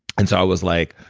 and so i was like,